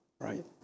right